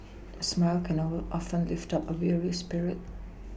a smile can often lift up a weary spirit